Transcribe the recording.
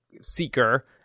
seeker